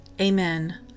amen